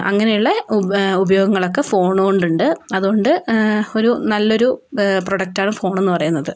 അങ്ങനെയുള്ള ഉപ ഉപയോഗങ്ങൾ ഒക്കെ ഫോൺ കൊണ്ട് ഉണ്ട് അതുകൊണ്ട് ഒരു നല്ലൊരു പ്രോഡക്ട് ആണ് ഫോൺ എന്ന് പറയുന്നത്